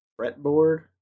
fretboard